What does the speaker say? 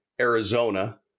Arizona